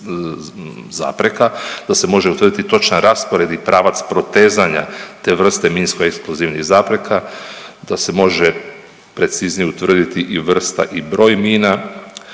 zapreka, da se može utvrditi točan raspored i pravac protezanja te vrste minskoeksplozivnih zapreka, da se može preciznije utvrditi i vrsta i broj mina